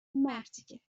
مرتیکه